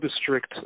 district